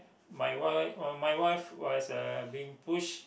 my wife uh my wife was uh being pushed